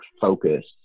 focus